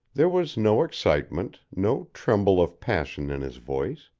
there was no excitement, no tremble of passion in his voice.